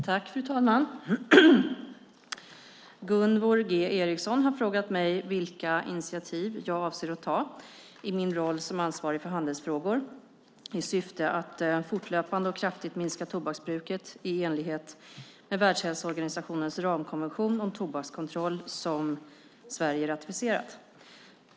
Fru talman! Gunvor G Ericson har frågat mig vilka initiativ jag i min roll som ansvarig för handelsfrågor avser att ta i syfte att fortlöpande och kraftigt minska tobaksbruket i enlighet med Världshälsoorganisationens ramkonvention om tobakskontroll, som Sverige ratificerat.